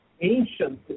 ancient